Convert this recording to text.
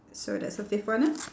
so that's a different ah